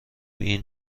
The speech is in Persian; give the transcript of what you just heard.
این